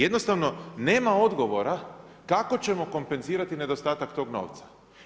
Jednostavno nema odgovora kako ćemo kompenzirati nedostatak tog novca.